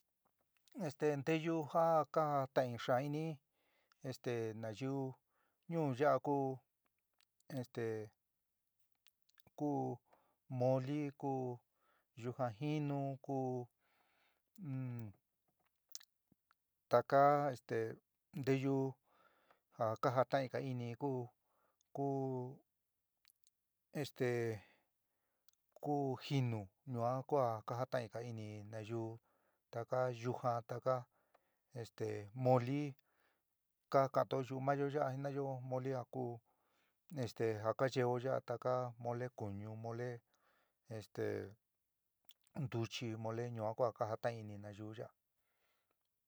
Este netyuú ja ka tain xaán ini este nayiuú ñuu ya'a ku este ku moli ku yujaan jínu ku taka este nteyú ja kajatainga ini ku ku este ku jinú ñua kua kajatainga ini nayuú taka yuja taka este moli kaka'antó yu'u maáyo yaa jina'ayo moli ja ku este ja ka yeo ya'a taka mole kuñu mole este ntuchi mole ñua ku ja kajataini nayuú yaá.